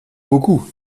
beaucoup